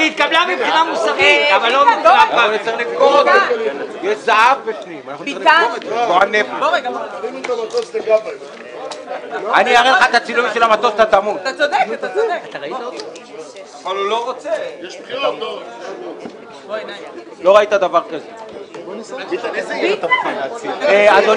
הישיבה ננעלה בשעה 11:44.